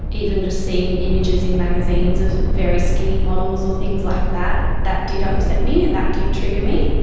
even just seeing images in magazines of very skinny models or things like that, that did upset me and that did trigger me.